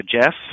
Jeff